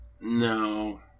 No